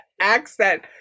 accent